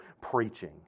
preaching